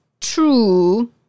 True